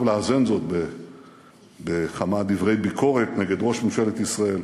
לאזן זאת בכמה דברי ביקורת נגד ראש ממשלת ישראל.